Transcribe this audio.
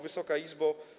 Wysoka Izbo!